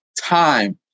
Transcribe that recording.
time